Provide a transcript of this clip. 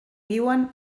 viuen